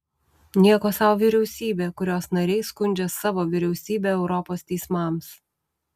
nieko sau vyriausybė kurios nariai skundžia savo vyriausybę europos teismams